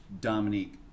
Dominique